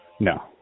No